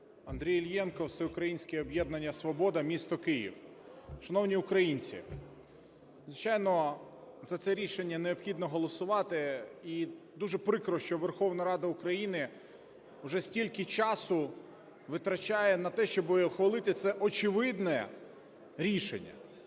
Андрій Іллєнко, Всеукраїнське об'єднання "Свобода", місто Київ. Шановні українці! Звичайно, за це рішення необхідно голосувати. І дуже прикро, що Верховна Рада України вже стільки часу витрачає на те, щоб ухвалити це очевидне рішення,